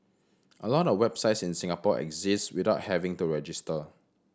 a lot of websites in Singapore exist without having to register